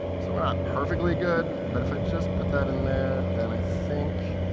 so we're not perfectly good, but if i just put that in there, then i think